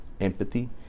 empathy